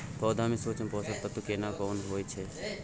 पौधा में सूक्ष्म पोषक तत्व केना कोन होय छै?